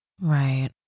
Right